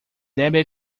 debe